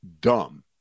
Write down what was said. dumb